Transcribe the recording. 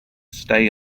stay